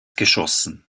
geschossen